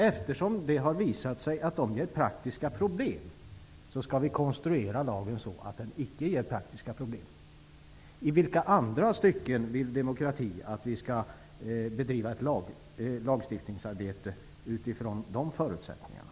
Eftersom det har visat sig att nuvarande regler ger upphov till praktiska problem, bör vi konstruera lagen så att den inte gör det. I vilka andra stycken vill Ny demokrati att vi skall bedriva lagstiftningsarbete utifrån de förutsättningarna?